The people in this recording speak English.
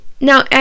Now